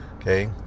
okay